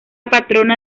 patrona